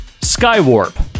Skywarp